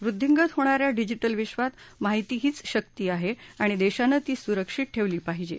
वृद्वींगत होणाऱ्या डिजीटल विक्षात माहिती हीच शक्ती आहे आणि देशानं ती सुरक्षीत ठेवली पाहिजे